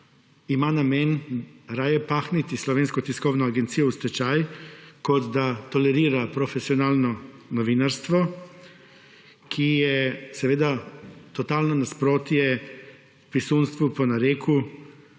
ima namen raje pahniti Slovensko tiskovno agencijo v stečaj kot da tolerira profesionalno novinarstvo, ki je seveda totalno nasprotje pisunstvu po nareku